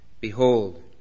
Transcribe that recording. Behold